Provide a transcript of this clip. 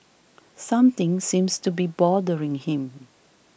something seems to be bothering him